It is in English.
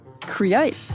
create